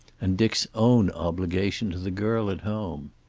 and dick's own obligation to the girl at home.